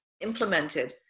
implemented